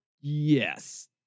Yes